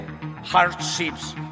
hardships